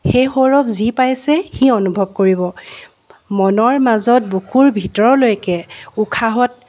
সেই সৌৰভ যি পাইছে সি অনুভৱ কৰিব মনৰ মাজত বুকুৰ ভিতৰলৈকে উশাহত